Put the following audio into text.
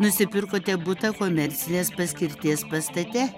nusipirkote butą komercinės paskirties pastate